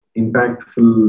impactful